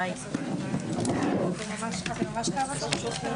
הישיבה ננעלה בשעה